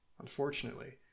Unfortunately